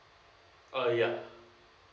uh yeah